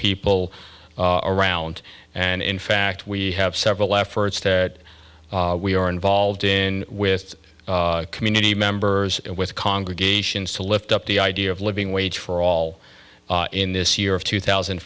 people around and in fact we have several efforts that we are involved in with community members with congregations to lift up the idea of living wage for all in this year of two thousand